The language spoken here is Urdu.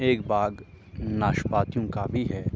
ایک باغ ناشپاتیوں کا بھی ہے